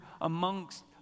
amongst